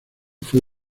fue